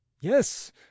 Yes